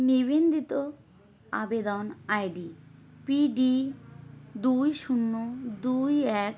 নিবেদিত আবেদন ID PD দুই শূন্য দুই এক